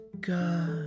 god